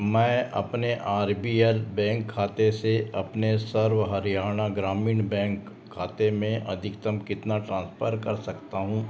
मैं अपने RBL bank खाते से अपने सर्व हरियाणा ग्रामीण बैंक खाते में अधिकतम कितना ट्रांसफ़र कर सकता हूँ